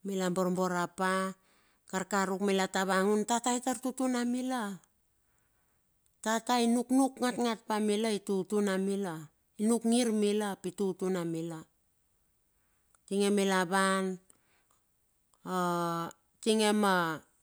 mila borbor rap pa, karkaruk mila tavangan tata itar tutun amila, tata inuknuk ngatngat pa mila i tutun a mila, i nuk ngir mila ap i tutun amila. Mitinge mila wan a tinge ma oumbap na ke ruru.